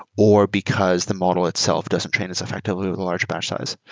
or because the model itself doesn't train as effectively with a large batch size.